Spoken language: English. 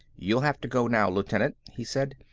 you'll have to go now, lieutenant, he said.